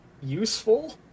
useful